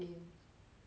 but my